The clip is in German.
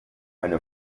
eine